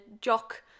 jock